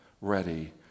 ready